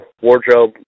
wardrobe